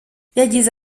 yagize